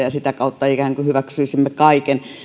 ja sitä kautta ikään kuin hyväksyisimme kaiken